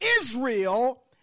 Israel